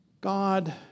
God